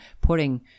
putting